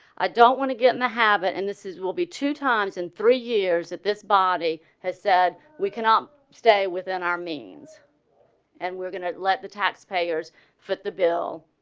i don't wanna get in the habit and this is will be two times in three years at this body has said we cannot stay within our means and we're gonna. let taxpayers foot the bill,